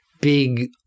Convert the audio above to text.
big